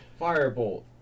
Firebolt